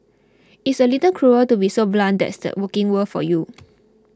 it's a little cruel to be so blunt that's the working world for you